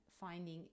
finding